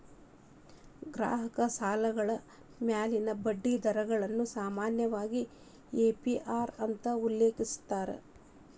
ಗ್ರಾಹಕ ಸಾಲಗಳ ಮ್ಯಾಲಿನ ಬಡ್ಡಿ ದರಗಳನ್ನ ಸಾಮಾನ್ಯವಾಗಿ ಎ.ಪಿ.ಅರ್ ಅಂತ ಉಲ್ಲೇಖಿಸ್ಯಾರ